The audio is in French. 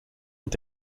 est